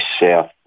South